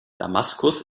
damaskus